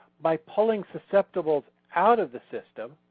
by pulling susceptible out of the system,